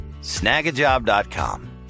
Snagajob.com